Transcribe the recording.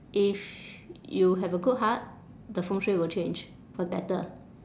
if you have a good heart the 风水 will change for better